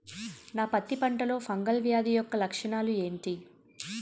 నా పత్తి పంటలో ఫంగల్ వ్యాధి యెక్క లక్షణాలు ఏంటి?